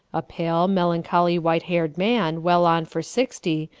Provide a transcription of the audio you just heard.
a pale, melancholy, white-haired man, well on for sixty,